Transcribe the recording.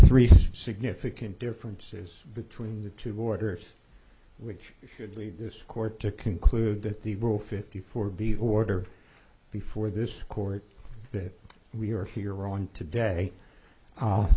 three significant differences between the two borders which should leave this court to conclude that the rule fifty four b order before this court that we are here on today